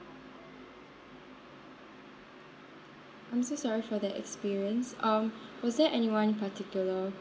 I'm so sorry for the experience um was there anyone in particular